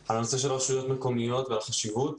על הנושא של רשויות מקומיות והחשיבות.